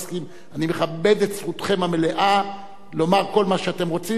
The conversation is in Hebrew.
אני מכבד את זכותכם המלאה לומר כל מה שאתם רוצים ולחשוב כל